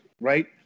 Right